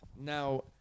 Now